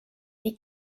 die